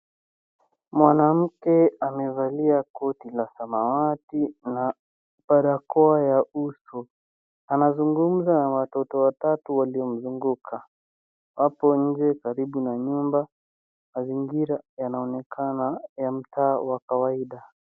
Mwanamke amevalia koti la samawati na barakoa ya uso anazungumza na watoto tatu waliomzunguka. Wapo nje karibu na nyumba. Mazingira yanaonekana ya mtaa wa kawaida.